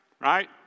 Right